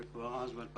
זה היה כבר ב-2014.